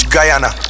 Guyana